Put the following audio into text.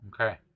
Okay